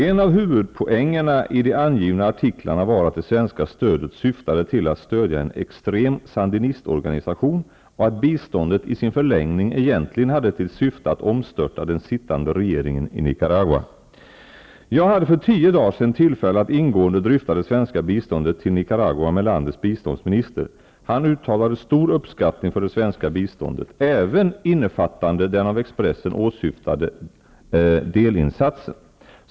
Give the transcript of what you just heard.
En av huvudpoängerna i de angivna artiklarna var att det svenska stödet syf tade till att stödja en extrem sandinistorganisation och att biståndet i sin för längning egentligen hade till syfte att omstörta den sittande regeringen i Ni caragua. Jag hade för tio dagar sedan tillfälle att ingående dryfta det svenska biståndet till Nicaragua med landets biståndsminister. Han uttalade stor uppskattning för det svenska biståndet, innefattande även den av Expressen åsyftade de linsatsen.